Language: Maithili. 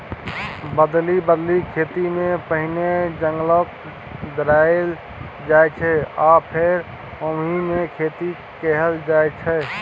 बदलि बदलि खेतीमे पहिने जंगलकेँ जराएल जाइ छै आ फेर ओहिमे खेती कएल जाइत छै